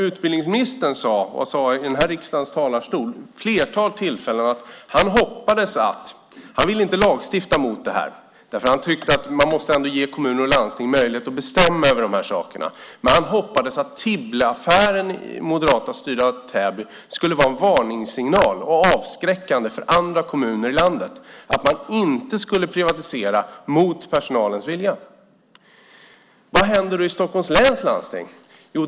Utbildningsministern har vid ett flertal tillfällen i riksdagens talarstol sagt att han inte vill lagstifta mot detta. Han tycker att man måste ge kommuner och landsting möjlighet att bestämma över sakerna. Men han hoppas att Tibbleaffären i moderatstyrda Täby ska vara en varningssignal och avskräckande för andra kommuner i landet, det vill säga att inte privatisera mot personalens vilja. Vad händer i Stockholms läns landsting?